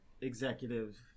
executive